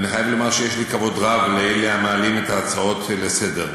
ואני חייב לומר שיש לי כבוד רב לאלה המעלים את ההצעות לסדר-היום,